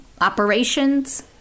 operations